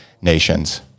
nations